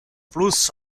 plus